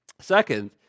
Second